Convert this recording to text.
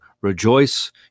rejoice